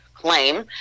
claim